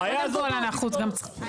הבעיה הזאת --- לא, אנחנו גם צריכים.